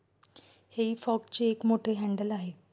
हेई फॉकचे एक मोठे हँडल आहे